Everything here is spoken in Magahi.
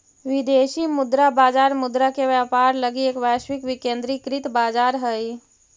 विदेशी मुद्रा बाजार मुद्रा के व्यापार लगी एक वैश्विक विकेंद्रीकृत बाजार हइ